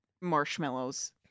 marshmallows